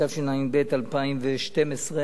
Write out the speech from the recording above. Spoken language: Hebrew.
התשע"ב 2011,